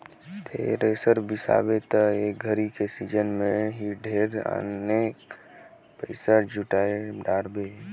thresher बिसाबे त एक घरी के सिजन मे ही ढेरे अकन पइसा जुटाय डारबे